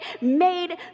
made